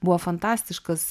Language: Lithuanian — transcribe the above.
buvo fantastiškas